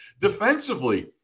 defensively